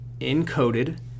encoded